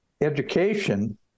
education